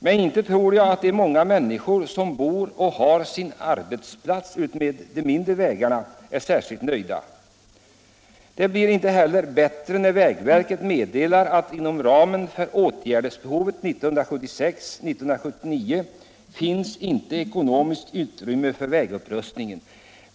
Men inte tror jag att de många människor som bor och har sina arbetsplatser utmed de mindre vägarna är särskilt nöjda. Det blir inte heller bättre när vägverket meddelar att det inom ramen för åtgärdsbehovet 1976-1979 inte finns ekonomiskt utrymme för upprustning.